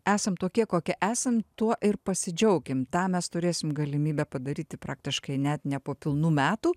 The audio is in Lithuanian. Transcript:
esam tokie kokie esam tuo ir pasidžiaukim tą mes turėsim galimybę padaryti praktiškai net ne po pilnų metų